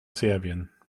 serbien